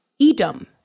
Edom